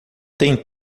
tem